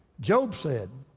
job said